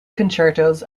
concertos